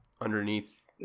Underneath